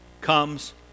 comes